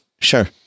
Sure